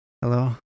Hello